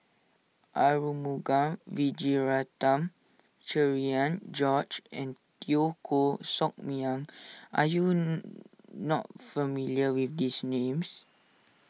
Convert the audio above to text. Arumugam Vijiaratnam Cherian George and Teo Koh Sock Miang are you not familiar with these names